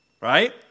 right